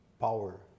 power